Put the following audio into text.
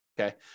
Okay